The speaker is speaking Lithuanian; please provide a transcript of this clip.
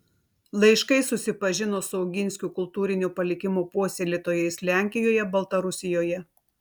laiškais susipažino su oginskių kultūrinio palikimo puoselėtojais lenkijoje baltarusijoje